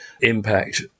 impact